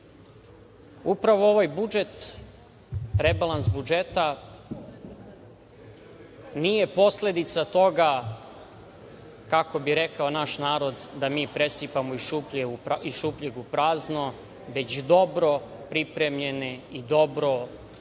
upravo ovaj rebalans budžeta nije posledica toga, kako bi rekao naš narod, da mi presipamo iz šupljeg u prazno, već dobro pripremljene i dobro osmišljene